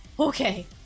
Okay